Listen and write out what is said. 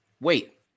Wait